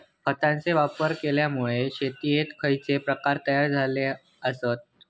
खतांचे वापर केल्यामुळे शेतीयेचे खैचे प्रकार तयार झाले आसत?